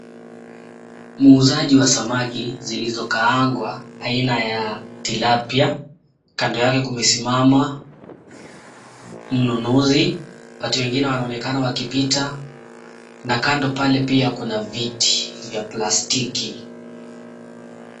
Muuzaji wa samaki zilizo kaangwa aina ya Tilapia kando yake kumesimama mnunuzi watu wengine wanaonekana wakipita na kando pale pia kuna viti vya plastiki.